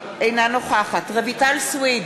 אינה נוכחת רויטל סויד,